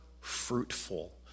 fruitful